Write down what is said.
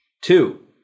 Two